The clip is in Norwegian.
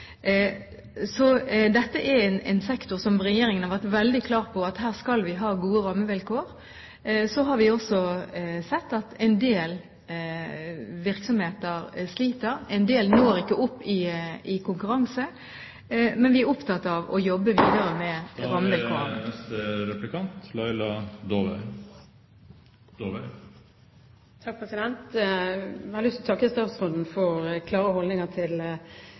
regjeringen har vært veldig klar på at vi skal ha gode rammevilkår for. Vi har også sett at en del virksomheter sliter. En del når ikke opp i konkurransen, men vi er opptatt av å jobbe videre med rammevilkårene. Jeg har lyst til å takke statsråden for hennes klare holdninger til